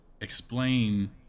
explain